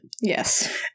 Yes